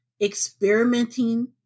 experimenting